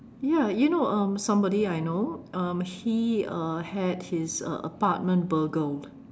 ya you know um somebody I know um he uh had his uh apartment burgled